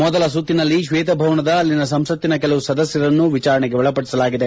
ಮೊದಲ ಸುತ್ತಿನಲ್ಲಿ ಶ್ವೇತ ಭವನದ ಅಲ್ಲಿನ ಸಂಸತ್ತಿನ ಕೆಲವು ಸದಸ್ಯರನ್ನು ವಿಚಾರಣೆಗೆ ಒಳಪಡಿಸಲಾಗಿದೆ